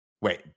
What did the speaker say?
Wait